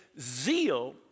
zeal